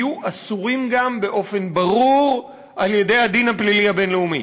יהיו אסורים גם באופן ברור על-ידי הדין הפלילי הבין-לאומי.